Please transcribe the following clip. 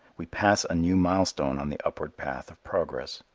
we pass a new milestone on the upward path of progress.